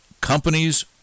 companies